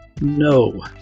No